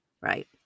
Right